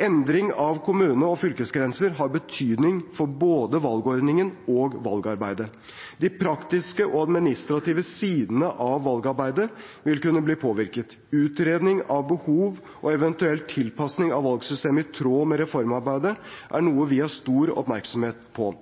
Endring av kommune- og fylkesgrenser har betydning for både valgordningen og valgarbeidet. De praktiske og administrative sidene av valgarbeidet vil kunne bli påvirket. Utredning av behov og eventuell tilpasning av valgsystemet i tråd med reformarbeidet er noe vi har stor oppmerksomhet på.